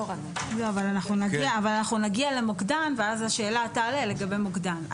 אנחנו נגיע למוקדן ואז השאלה תעלה לגבי מוקדן.